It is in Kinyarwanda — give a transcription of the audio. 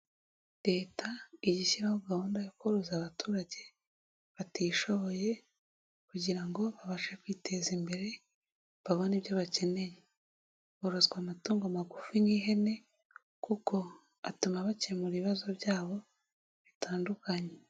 Leta ijya ishyishyiraho gahunda yo koroza abaturage batishoboye kugira ngo babashe kwiteza imbere babone ibyo bakeneye, borozwa amatungo magufi nk'ihene kuko atuma bakemura ibibazo byabo bitandukanye.